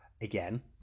Again